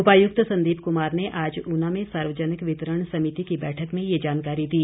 उपायुक्त संदीप कुमार ने आज ऊना में सार्वजनिक वितरण समिति की बैठक में ये जानकारी दी